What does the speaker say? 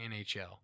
NHL